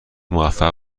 موفق